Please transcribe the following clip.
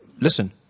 listen